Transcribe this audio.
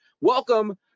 welcome